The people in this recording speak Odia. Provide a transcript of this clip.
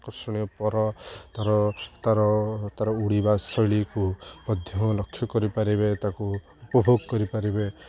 ଆକର୍ଷଣୀୟ ପର ତା'ର ତା'ର ତା'ର ଉଡ଼ିିବା ଶୈଳୀକୁ ମଧ୍ୟ ଲକ୍ଷ୍ୟ କରିପାରିବେ ତାକୁ ଉପଭୋଗ କରିପାରିବେ